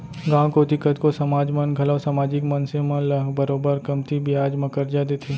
गॉंव कोती कतको समाज मन घलौ समाजिक मनसे मन ल बरोबर कमती बियाज म करजा देथे